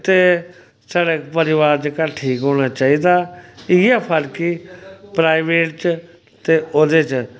ते साढ़े परिवार जेह्का ठीक होना चाहिदा इ'यै फर्क ई प्राइवेट च ते ओह्दे च